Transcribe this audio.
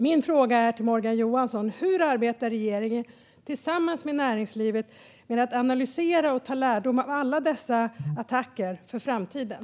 Min fråga till Morgan Johansson är: Hur arbetar regeringen tillsammans med näringslivet med att analysera och ta lärdom av alla dessa attacker för framtiden?